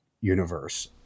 universe